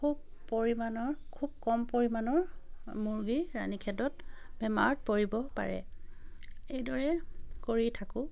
খুব পৰিমাণৰ খুব কম পৰিমাণৰ মুৰ্গী ৰাণী খেত বেমাৰত পৰিব পাৰে এইদৰে কৰি থাকোঁ